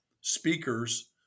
speakers